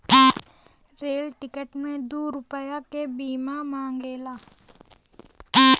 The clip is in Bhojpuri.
रेल टिकट मे दू रुपैया के बीमा मांगेला